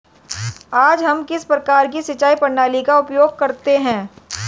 आज हम किस प्रकार की सिंचाई प्रणाली का उपयोग करते हैं?